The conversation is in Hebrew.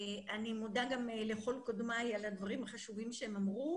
אני מודה גם לכל קודמיי על הדברים החשובים שהם אמרו